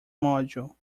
module